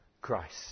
Christ